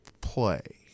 play